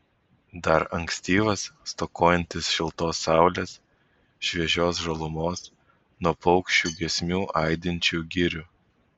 dar ankstyvas stokojantis šiltos saulės šviežios žalumos nuo paukščių giesmių aidinčių girių